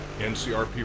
NCRP